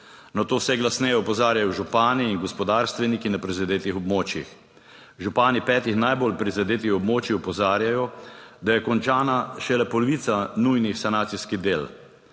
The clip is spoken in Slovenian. Na to vse glasneje opozarjajo župani in gospodarstveniki na prizadetih območjih. Župani petih najbolj prizadetih območij opozarjajo, da je končana šele polovica nujnih sanacijskih del.